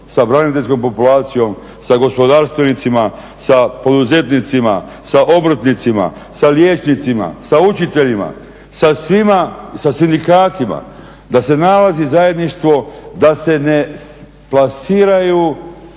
sa braniteljskom populacijom, sa gospodarstvenicima, sa poduzetnicima, sa obrtnicima, sa liječnicima, sa učiteljima, sa svima, sa sindikatima, da se nalazi zajedništvo, da se ne plasiraju